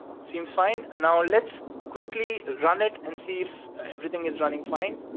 seems fine. now, let's quickly run it and see if everything is running fine.